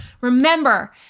Remember